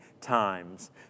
times